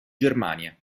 germania